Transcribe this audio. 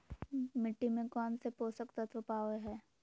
मिट्टी में कौन से पोषक तत्व पावय हैय?